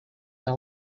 they